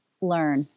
learn